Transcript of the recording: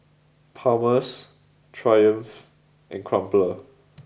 Palmer's Triumph and Crumpler